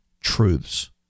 truths